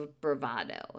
bravado